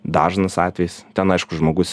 dažnas atvejis ten aišku žmogus